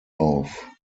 auf